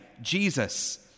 Jesus